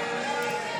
הוועדה.